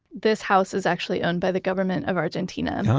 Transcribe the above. this house is actually owned by the government of argentina.